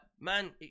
man